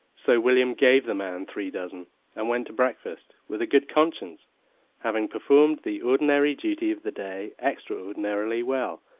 so william gave the man three dozen and went to breakfast with a good conscience having performed the ordinary duty of the day extraordinarily well,